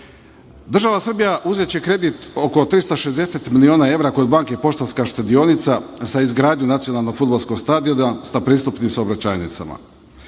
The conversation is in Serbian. evra. Država Srbija uzeće kredit oko 360 miliona evra kod Banke Poštanska štedionica za izgradnju Nacionalnog fudbalskog stadiona, sa pristupnim saobraćajnicama.